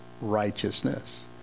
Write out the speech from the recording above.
righteousness